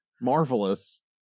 marvelous